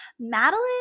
Madeline